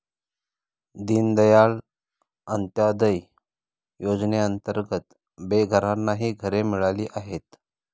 दीनदयाळ अंत्योदय योजनेअंतर्गत बेघरांनाही घरे मिळाली आहेत